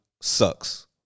sucks